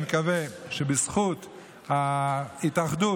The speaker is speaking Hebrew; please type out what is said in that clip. אני מקווה שבזכות ההתאחדות,